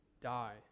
die